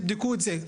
תבדקו את זה,